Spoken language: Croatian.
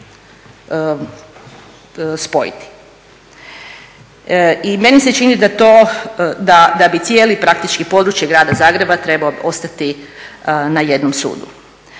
spojiti. I meni se čini da to, da bi cijelo praktički područje Grada Zagreba trebao ostati na jednom sudu.